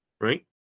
right